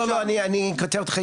לא אני קוטע אותך,